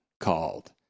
called